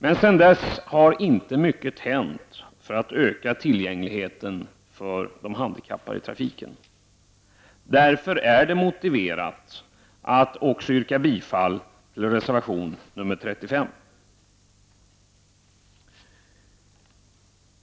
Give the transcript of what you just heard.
Men sedan dess har inte mycket hänt för att öka tillgängligheten i trafiken för de handikappade. Det är därför motiverat att yrka bifall till reservation nr 35.